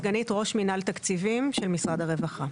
סגנית ראש מנהל תקציבים של משרד הרווחה.